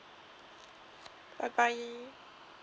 bye bye